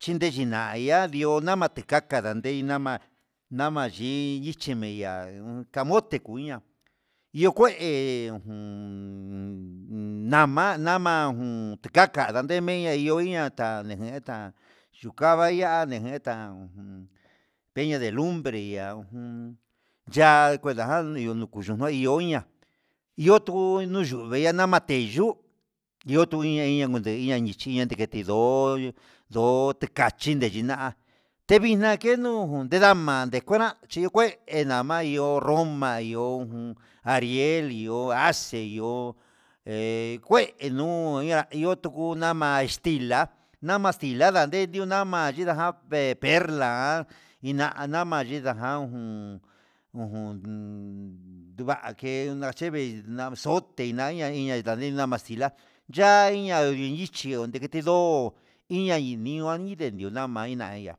chine chinio namate kaka ndanei nama'a, nama xhi nichi meyaa'a he amote nguña nikué u un nama nama jun tekaka ndanemeya ihó iñata nengueta chukavaña ndengueta teño de lumbre ya'a, ujun ya'á kuendaya yuku yuña nioña iho tu nuu yuve ndama teyo'o tu iho tu yo inia ndechiña yini tindo ndo ticachi ndiniña tevix kenuu ujun ndama neguera chí kué nama iho roma iho jun, ariel iho hace iho he kue nuu iha iho tuku nama estila, nama tixla na ne'e niu nama xhija ve'e perla ja iná nama ninajan jun ujun va'a ke nacheve nama zote naya iña nani nama tixla ya'a iña'a ndindichi nakuu tindó iña ni nio indee ndo mana ina ihá.